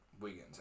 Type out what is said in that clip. Wiggins